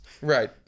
Right